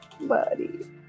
buddy